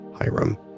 Hiram